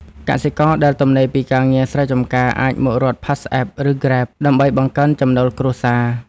កសិករដែលទំនេរពីការងារស្រែចម្ការ អាចមករត់ PassApp ឬ Grab ដើម្បីបង្កើនចំណូលគ្រួសារ។